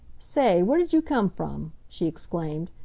say, where did you come from? she exclaimed.